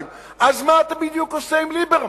אז מה בדיוק אתה עושה עם ליברמן?